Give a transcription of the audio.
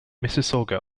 mississauga